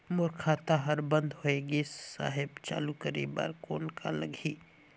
मोर खाता हर बंद होय गिस साहेब चालू करे बार कौन का लगही?